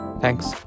Thanks